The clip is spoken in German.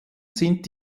sind